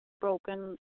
broken